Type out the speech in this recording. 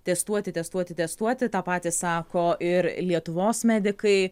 testuoti testuoti testuoti tą patį sako ir lietuvos medikai